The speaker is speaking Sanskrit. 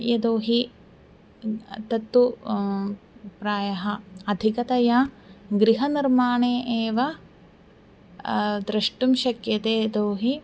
यतो हि तत्तु प्रायः अधिकतया गृहनिर्माणे एव द्रष्टुं शक्यते यतो हि